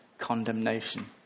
condemnation